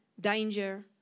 danger